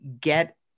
get